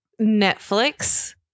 Netflix